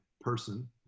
person